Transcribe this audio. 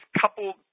coupled